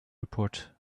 report